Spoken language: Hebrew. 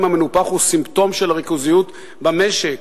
המנופח הוא סימפטום של הריכוזיות במשק,